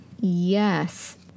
Yes